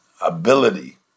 ability